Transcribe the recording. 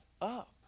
up